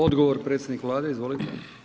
Odgovor predsjednik Vlade, izvolite.